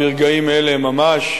ברגעים אלה ממש,